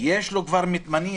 התמנה